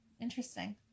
Interesting